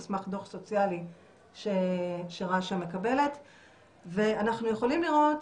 על סמך דוח סוציאלי שרש"א מקבלת ואנחנו יכולים לראות